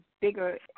bigger